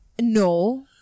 no